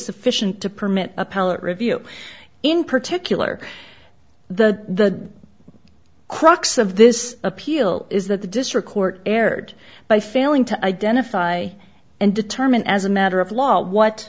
sufficient to permit appellate review in particular the crux of this appeal is that the district court erred by failing to identify and determine as a matter of law what